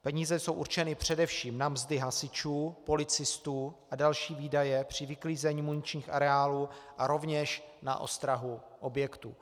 Peníze jsou určeny především na mzdy hasičů, policistů a další výdaje při vyklízení muničních areálů a rovněž na ostrahu objektu.